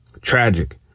tragic